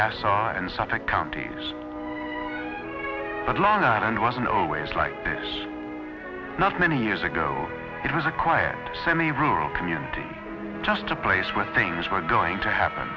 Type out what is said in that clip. nassau and suffolk counties but long island wasn't always like this not many years ago it was a quiet semi rural community just a place where things were going to happen